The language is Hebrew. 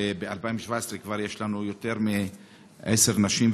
וב-2017 כבר יש לנו יותר מעשר נשים,